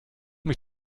mich